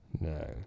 No